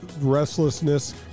restlessness